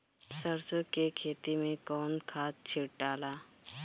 सरसो के खेती मे कौन खाद छिटाला?